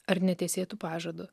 ar netesėtu pažadu